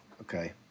Okay